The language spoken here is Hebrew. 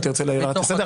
אם תרצה להעיר הערות לסדר,